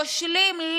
כושלים,